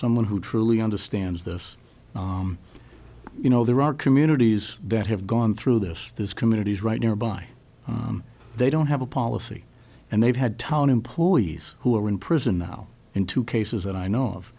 someone who truly understands this you know there are communities that have gone through this is communities right nearby they don't have a policy and they've had town employees who are in prison now in two cases that i know of